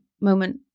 moment